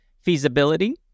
feasibility